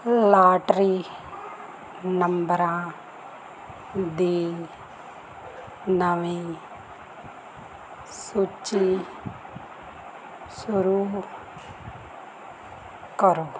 lottery ਨੰਬਰਾਂ ਦੀ ਨਵੀਂ ਸੂਚੀ ਸ਼ੁਰੂ ਕਰੋ